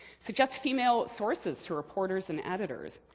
suggest female sources to reporters and editors.